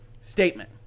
statement